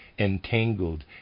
entangled